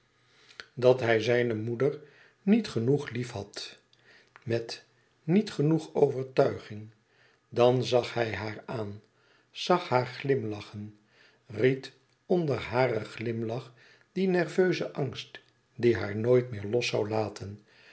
dat hij zijne moeder niet genoeg lief had met niet genoeg overtuiging dan zag hij haar aan zag haar glimlachen ried onder haren glimlach dien nerveuzen angst die haar nooit meer los zoû laten